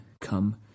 come